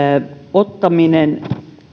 ottaminen